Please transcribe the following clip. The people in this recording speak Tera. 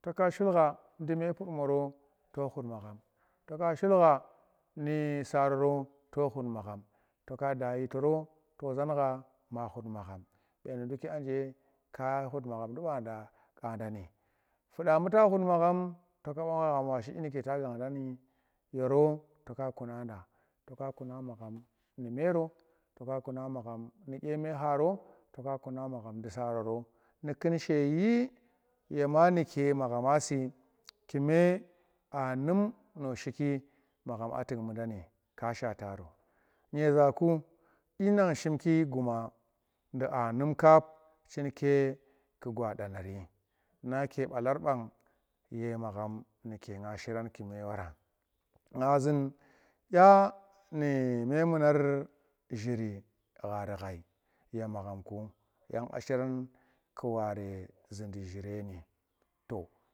To ka shukha nu ge pur woro, to ka shu kha nu sararo tu kuna magham to ka da yitoro to zan na to ghut magham, duki anje ka but maghamdi bada wanni, fuda buta ghut magham bu magham washi dyinnuke ta ganga da ni yoro to ka kuma magham nu mero to kuma magham nu dyin me kharo toka kuna magham nu saroro nukun she yi yema nuke magham a shim duna si kume aa nun no shiki magham a tuk mudandi ka shata ro, nyeezaku dyinan sjhimki guma du aamim kap chinke ku gwa danari nake balar bang ye magham muke nga ma zuran kume wora nya zun kya nu menu nar zhiri ghari ghai ye magham ku yang a shiran ku warezindi jhireni to.